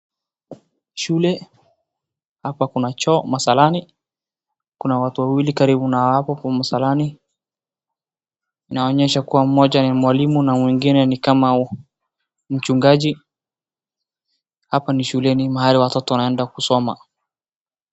Shule hapa kuna choo msalani, kuna watu wawili karibu na hapo msalani, inaonyesha kuwa mmoja ni mwalimu na mwingine ni kama mchungaji, hapa ni shuleni mahali watoto wanaenda kusoma.